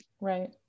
Right